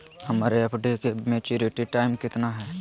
हमर एफ.डी के maturity time कितना है?